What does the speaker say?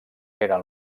eren